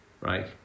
right